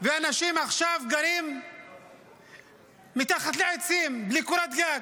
ואנשים עכשיו גרים מתחת לעצים בלי קורת גג.